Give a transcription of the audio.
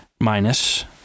minus